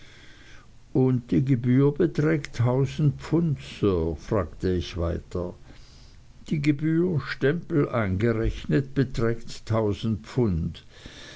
und die gebühr beträgt tausend pfund sir fragte ich weiter die gebühr stempel eingerechnet beträgt tausend pfund